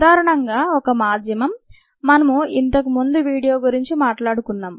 సాధారణంగా ఒక మాధ్యమం మనము ఇంతకు ముందు మీడియా గురించి మాట్లాడుకున్నాం